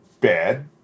bad